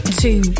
two